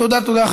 תודה, תודה.